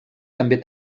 també